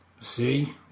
See